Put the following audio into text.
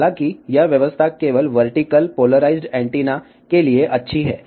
हालांकि यह व्यवस्था केवल वर्टिकल पोलराइज्ड एंटीना के लिए अच्छी है